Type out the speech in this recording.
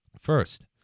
First